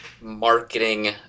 marketing